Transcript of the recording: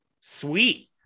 sweet